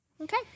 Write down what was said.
Okay